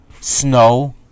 snow